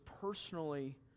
personally